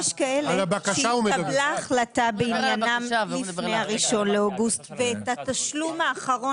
יש כאלה שהתקבלה החלטה בעניינם לפני ה-1 באוגוסט ואת התשלום האחרון